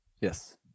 Yes